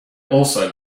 also